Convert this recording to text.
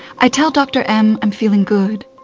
i tell dr m i'm feeling good.